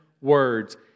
words